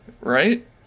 right